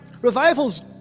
revivals